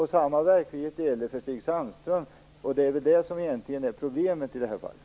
Samma verklighet gäller för Stig Sandström, och det är väl det som egentligen är problemet i det här fallet.